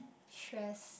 stress